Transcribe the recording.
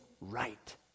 right